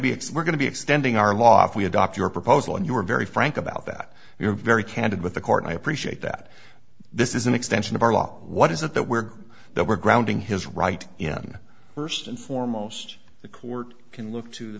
not going to be extending our loft we adopt your proposal and you are very frank about that you're very candid with the court and i appreciate that this is an extension of our law what is it that we're good that we're grounding his right in first and foremost the court can look to the